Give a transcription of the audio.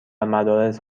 مدارس